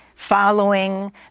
following